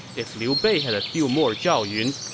if liu bei had a few more zhao yuns,